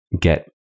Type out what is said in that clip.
get